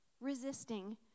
resisting